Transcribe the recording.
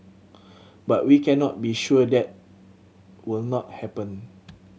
but we cannot be sure that will not happen